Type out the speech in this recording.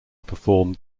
performed